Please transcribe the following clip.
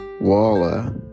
Walla